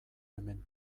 hemen